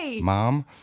mom